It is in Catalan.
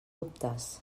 dubtes